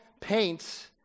paints